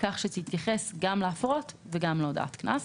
כך שתתייחס גם להפרות וגם להודעת הקנס.